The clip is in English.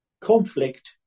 conflict